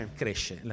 cresce